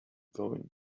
going